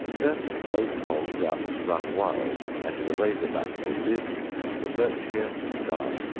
turn both hogs out to run wild, and the razor-back will live and the berkshire die.